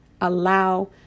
allow